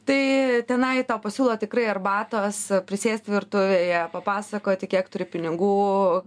tai tenai tau pasiūlo tikrai arbatos prisėsti virtuvėje papasakoti kiek turi pinigų